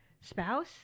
spouse